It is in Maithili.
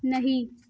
नहि